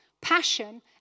passion